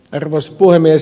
arvoisa puhemies